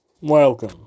Welcome